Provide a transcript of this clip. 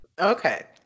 Okay